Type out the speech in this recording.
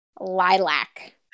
Lilac